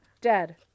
Dead